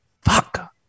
fuck